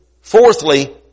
fourthly